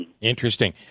Interesting